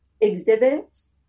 exhibits